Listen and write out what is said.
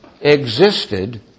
existed